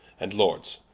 and lords,